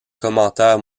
commentaires